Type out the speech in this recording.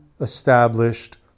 established